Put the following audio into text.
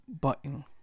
button